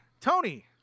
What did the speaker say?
Tony